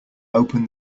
open